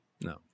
No